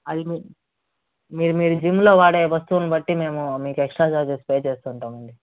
అది మీ మీరు మీరు జిమ్లో వాడే వస్తువులును బట్టి మేము మీకు ఎక్స్ట్రా ఛార్జెస్ పే చేస్తుంటామండి